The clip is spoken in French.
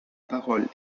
parole